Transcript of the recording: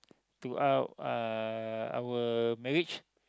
to uh our marriage